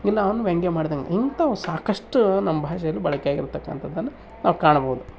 ಇಲ್ಲ ಅವ್ನು ವ್ಯಂಗ್ಯ ಮಾಡ್ದಂಗೆ ಇಂಥಾವ್ ಸಾಕಷ್ಟು ನಮ್ಮ ಭಾಷೆಯಲ್ಲಿ ಬಳಕೆ ಆಗಿರ್ತಕ್ಕಂಥದನ್ನು ನಾವು ಕಾಣ್ಬೌದು